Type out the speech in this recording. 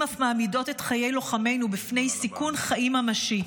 אף מעמידות את חיי הלוחמים בפני סיכון חיים ממשי,